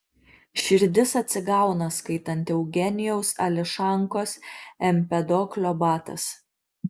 širdis atsigauna skaitant eugenijaus ališankos empedoklio batas